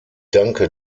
danke